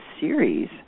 series